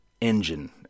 engine